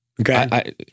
okay